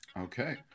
Okay